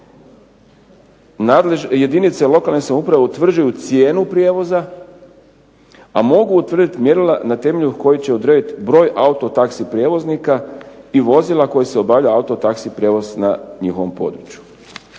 jedinice lokalne samouprave utvrđuju cijenu prijevoza, a mogu utvrditi mjerila na temelju kojih će odrediti broj autotaxi prijevoznika i vozila kojim se obavlja autotaxi prijevoz na njihovom području.